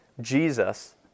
Jesus